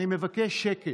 אני מבקש שקט.